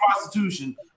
prostitution